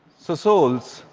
so soles,